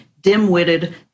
dim-witted